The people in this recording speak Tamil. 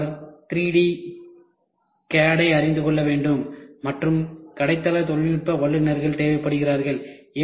மேலும் அவர் 3D CAD ஐ அறிந்து கொள்ள வேண்டும் மற்றும் கடைத் தள தொழில்நுட்ப வல்லுநர்கள் தேவைப்படுகிறார்கள்